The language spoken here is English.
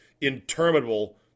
interminable